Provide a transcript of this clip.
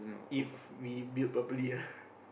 if we build properly ah